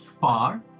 far